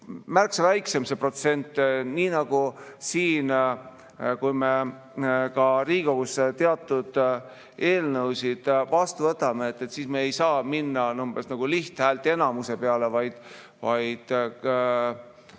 märksa väiksem see protsent. Nii nagu siin, kui me Riigikogus teatud eelnõusid vastu võtame, siis me ei saa minna lihthäälteenamuse peale, vaid